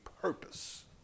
purpose